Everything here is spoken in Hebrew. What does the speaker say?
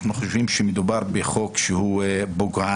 אנחנו נוכחים לראות שמדובר בחוק שהוא פוגעני,